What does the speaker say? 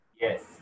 Yes